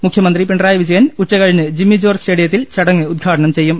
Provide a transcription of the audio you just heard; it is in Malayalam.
മുഖ്യമന്ത്രി പിണറായി വിജയൻ ഉച്ച കഴിഞ്ഞ് ജിമ്മി ജോർജ്ജ് സ്റ്റേഡിയത്തിൽ ചടങ്ങ് ഉദ്ഘാടനം ചെയ്യും